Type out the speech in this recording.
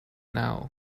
now